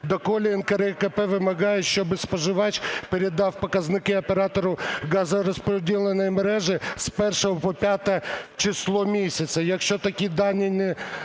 Доколи НКРЕКП вимагає, щоб споживач передав показники оператору газорозподільчої мережі з першого по п'яте число місяця. Якщо такі дані не